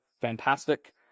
Fantastic